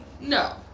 No